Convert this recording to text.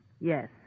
Yes